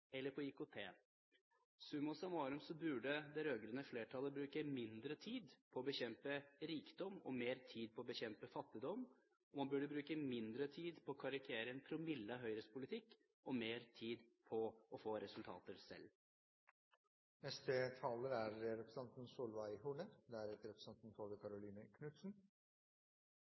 eller på IKT. Summa summarum burde det rød-grønne flertallet bruke mindre tid på å bekjempe rikdom og mer tid på å bekjempe fattigdom, og man burde bruke mindre tid på å karikere en promille av Høyres politikk og mer tid på å få resultater selv. På en slik dag blir det mange beskyldninger mot hverandre, og det er